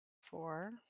Four